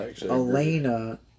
Elena